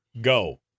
go